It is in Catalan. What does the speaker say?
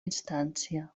instància